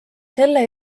selle